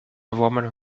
woman